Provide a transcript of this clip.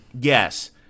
Yes